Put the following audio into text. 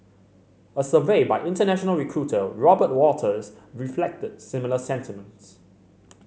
a survey by international recruiter Robert Walters reflected similar sentiments